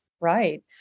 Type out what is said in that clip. Right